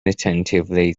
attentively